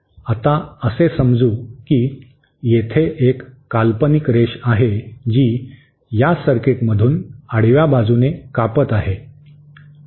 आता असे समजू की येथे एक काल्पनिक रेष आहे जी या सर्किटमधून आडव्या बाजूने कापत आहे